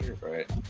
Right